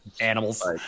animals